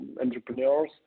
entrepreneurs